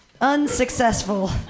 Unsuccessful